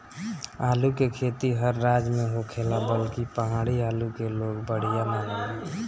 आलू के खेती हर राज में होखेला बाकि पहाड़ी आलू के लोग बढ़िया मानेला